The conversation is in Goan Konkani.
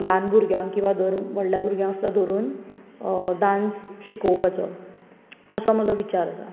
ल्हान भुरग्यांक किंवा धर किंवा व्हडल्या भुरग्यांक असो धरून डान्स शिकोवपाचो तसो म्हजो विचार आसा